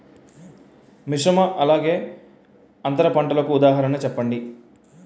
మిశ్రమ అలానే అంతర పంటలకు ఉదాహరణ చెప్పండి?